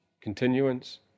Continuance